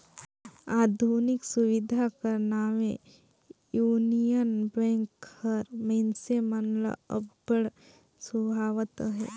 आधुनिक सुबिधा कर नावें युनियन बेंक हर मइनसे मन ल अब्बड़ सुहावत अहे